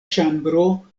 ĉambro